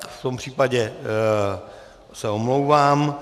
V tom případě se omlouvám.